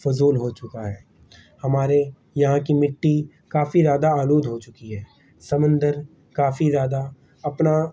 فضول ہو چکا ہے ہمارے یہاں کی مٹی کافی زیادہ آلود ہو چکی ہے سمندر کافی زیادہ اپنا